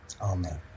Amen